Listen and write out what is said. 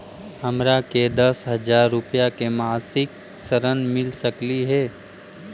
हमरा के दस हजार रुपया के मासिक ऋण मिल सकली हे?